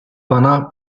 pana